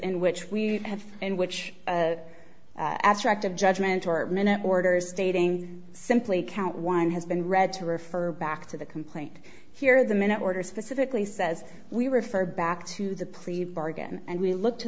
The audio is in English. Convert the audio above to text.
in which we have in which abstract of judgment or minute orders stating simply count one has been read to refer back to the complaint here the minute order specifically says we refer back to the plea bargain and we look to